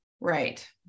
right